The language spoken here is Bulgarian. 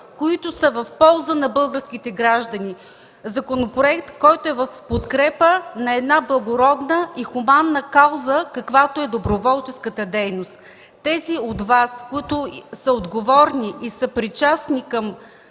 които са в полза на българските граждани. Законопроект, който е в подкрепа на една благородна и хуманна кауза, каквато е доброволческата дейност. Тези от Вас, които са отговорни и съпричастни към